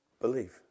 Believe